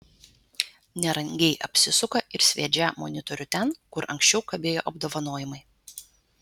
nerangiai apsisuka ir sviedžią monitorių ten kur anksčiau kabėjo apdovanojimai